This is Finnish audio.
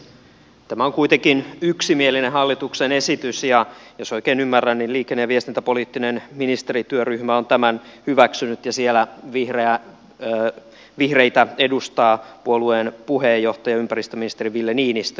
tämä on kuitenkin yksimielinen hallituksen esitys ja jos oikein ymmärrän niin liikenne ja viestintäpoliittinen ministerityöryhmä on tämän hyväksynyt ja siellä vihreitä edustaa puolueen puheenjohtaja ympäristöministeri ville niinistö